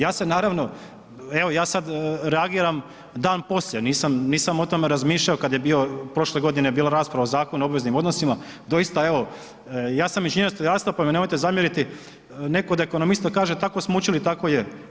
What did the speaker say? Ja se naravno, evo, ja sad reagiram dan poslije, nisam o tome razmišljao kad je bio, prošle godine je bila rasprava o Zakonu o obveznim odnosima, doista evo, ja sam inženjer strojarstva pa mi nemojte zamjeriti, netko od ekonomista kaže, tako smo učili, tako je.